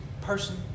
person